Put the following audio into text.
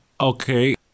Okay